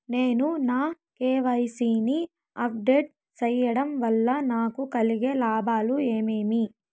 నేను నా కె.వై.సి ని అప్ డేట్ సేయడం వల్ల నాకు కలిగే లాభాలు ఏమేమీ?